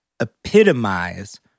epitomize